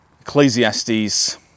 Ecclesiastes